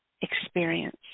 experience